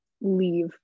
leave